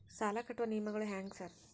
ಸಾಲ ಕಟ್ಟುವ ನಿಯಮಗಳು ಹ್ಯಾಂಗ್ ಸಾರ್?